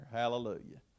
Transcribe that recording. hallelujah